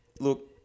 look